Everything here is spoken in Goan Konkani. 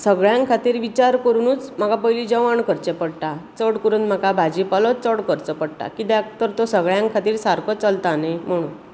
सगळ्यां खातीर विचार करूनच म्हाका पयलीं जेवण करचें पडटा चड करून म्हाका भाजी पालोच चड करचो पडटा कित्याक तर तो सगळ्यां खातीर सारको चलता न्ही म्हणून